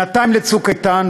שנתיים ל"צוק איתן",